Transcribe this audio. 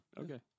Okay